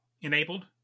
enabled